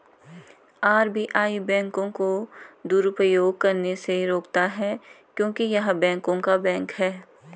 RBI बैंकों को दुरुपयोग करने से रोकता हैं क्योंकि य़ह बैंकों का बैंक हैं